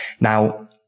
Now